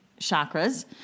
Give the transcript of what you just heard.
chakras